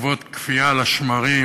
בעקבות קפיאה על השמרים,